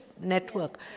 network